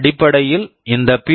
அடிப்படையில் இந்த பி